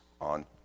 on